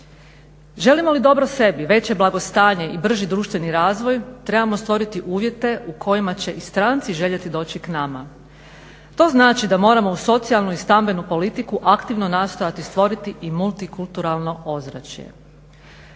Želimo li dobro sebi, veće blagostanje i brži društveni razvoj trebamo stvoriti uvjete u kojima će i stranci željeti doći k nama. To znači da moramo uz socijalnu i stambenu politiku aktivno nastojati stvoriti i multikulturalno ozračje.